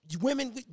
women